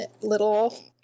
Little